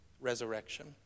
resurrection